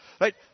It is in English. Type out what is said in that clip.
Right